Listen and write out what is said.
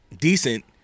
Decent